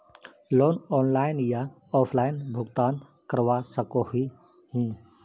Loan online या offline भुगतान करवा सकोहो ही?